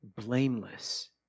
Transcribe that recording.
blameless